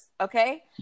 okay